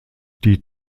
die